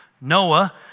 Noah